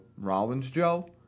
Rollins-Joe